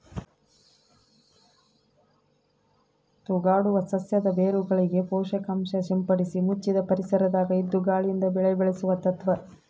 ತೂಗಾಡುವ ಸಸ್ಯದ ಬೇರುಗಳಿಗೆ ಪೋಷಕಾಂಶ ಸಿಂಪಡಿಸಿ ಮುಚ್ಚಿದ ಪರಿಸರದಾಗ ಇದ್ದು ಗಾಳಿಯಿಂದ ಬೆಳೆ ಬೆಳೆಸುವ ತತ್ವ